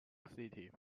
city